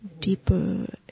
deeper